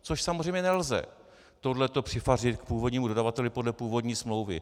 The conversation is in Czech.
Což samozřejmě nelze tohle to přifařit k původnímu dodavateli podle původní smlouvy.